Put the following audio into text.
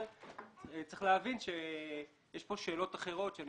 אבל צריך להבין שיש כאן שאלות אחרות שאני